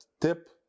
tip